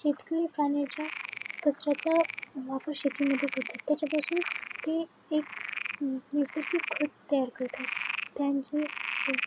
शेतकरी प्राण्याच्या कचऱ्याचा वापर शेतीमध्ये करतात त्याच्यापासून ते एक नैसर्गिक खत तयार करतात त्यांचे